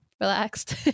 relaxed